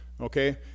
okay